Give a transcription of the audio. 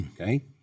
okay